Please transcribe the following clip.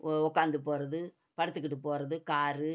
ஒ உக்காந்து போகறது படுத்துக்கிட்டு போகறது காரு